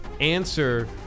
answer